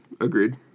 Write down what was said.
Agreed